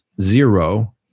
zero